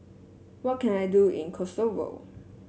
what can I do in Kosovo